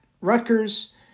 Rutgers